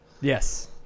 Yes